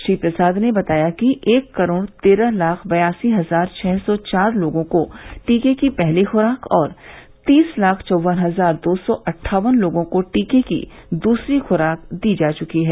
श्री प्रसाद ने बताया कि एक करोड़ तेरह लाख बयासी हजार छः सौ चार लोगों को टीके की पहली खुराक और तीस लाख चौवन हजार दो सौ अट्ठावन लोगों को टीके की दूसरी खुराक दी जा चुकी है